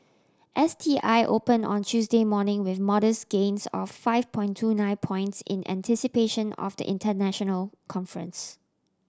S T I open on Tuesday morning with modest gains of five point two nine points in anticipation of the international conference